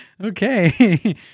Okay